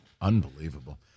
Unbelievable